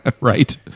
Right